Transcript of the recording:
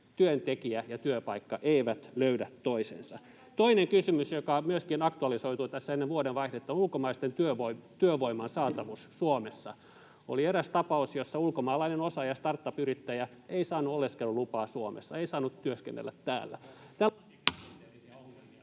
työntekijä ja työpaikka eivät löydä toisiansa. Toinen kysymys, joka myöskin aktualisoitui tässä ennen vuodenvaihdetta, on ulkomaisen työvoiman saatavuus Suomessa. Oli eräs tapaus, jossa ulkomaalainen osaaja, startup-yrittäjä, ei saanut oleskelulupaa Suomessa, ei saanut työskennellä täällä...